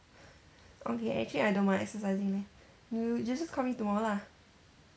okay actually I don't mind exercising leh you just call me tomorrow lah